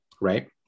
right